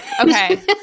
Okay